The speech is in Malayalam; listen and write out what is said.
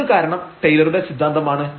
ഇതിനു കാരണം ടൈലറുടെ സിദ്ധാന്തമാണ്